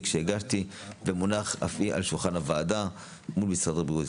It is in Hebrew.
שהגשתי ומונחת אף היא על שולחן הוועדה מול משרד הבריאות.